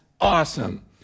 awesome